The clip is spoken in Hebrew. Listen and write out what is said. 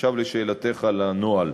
ועכשיו לשאלתך על הנוהל,